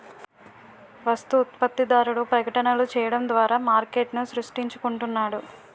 వస్తు ఉత్పత్తిదారుడు ప్రకటనలు చేయడం ద్వారా మార్కెట్ను సృష్టించుకుంటున్నాడు